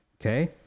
Okay